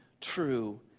true